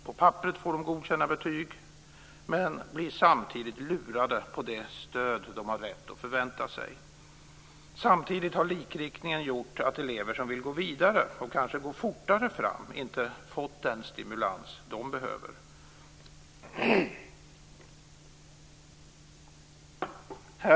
På papperet får eleverna godkända betyg men blir samtidigt lurade på det stöd de har rätt att förvänta sig. Samtidigt har likriktningen gjort att elever som vill gå vidare och kanske gå fortare fram inte fått den stimulans de behöver.